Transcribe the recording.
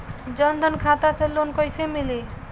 जन धन खाता से लोन कैसे मिली?